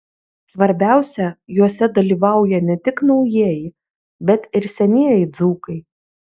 svarbiausia juose dalyvauja ne tik naujieji bet ir senieji dzūkai